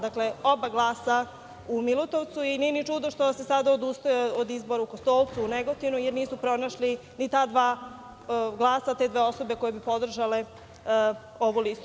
Dakle, oba glasa u Milutovcu i nije ni čudo što se sada odustaje od izbora u Kostolcu, Negotinu, jer nisu pronašli ni ta dva glasa, te dve osobe koje bi podržale ovu listu.